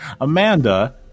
Amanda